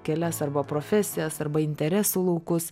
kelias arba profesijas arba interesų laukus